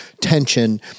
tension